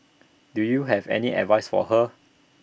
do you have any advice for her